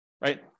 right